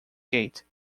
gate